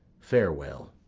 farewell.